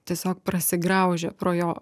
tiesiog prasigraužia pro jo